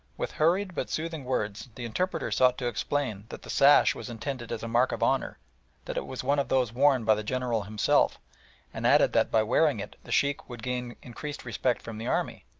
with hurried but soothing words the interpreter sought to explain that the sash was intended as a mark of honour that it was one of those worn by the general himself and added that by wearing it the sheikh would gain increased respect from the army.